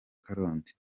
karongi